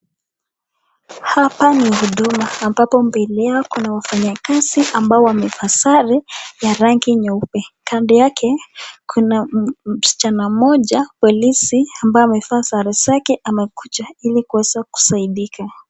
Hapa ni huduma, ambapo mbele yake kuna wafanyikazi ambao wamevaa sare ya rangi nyeupe, kando yake kuna msichana mmoja polisi ambaye amevaa sare zake amekuja ili kuweza kusaidika.